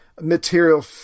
material